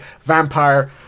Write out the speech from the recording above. Vampire